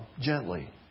gently